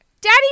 daddy